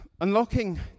Unlocking